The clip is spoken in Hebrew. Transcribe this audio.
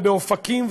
ובאופקים,